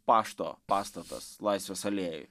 pašto pastatas laisvės alėjoj